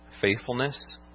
faithfulness